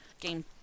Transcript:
Game